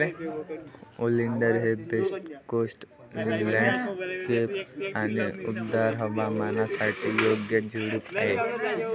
oleander हे west coast landscape आणि उबदार हवामानासाठी योग्य झुडूप आहे